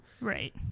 Right